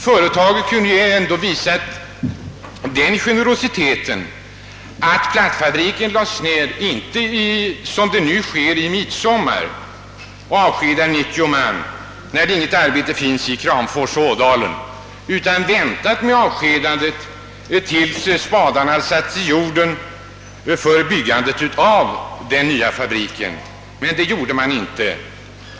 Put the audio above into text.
Bolaget kunde åtminstone ha visat den generositeten att inte, såsom nu skett, lägga ned plattfabriken och avskeda 90 man i midsommar, när inte något arbete finns i Kramfors och Ådalen, utan vänta med avskedandet till dess spadarna satts i jorden för byggande av den nya fabriken, men det gjorde inte bolaget.